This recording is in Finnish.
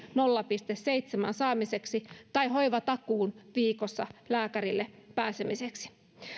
nolla pilkku seitsemän hoitajamitoituksen saamiseksi tai hoivatakuun viikossa lääkärille pääsemiseksi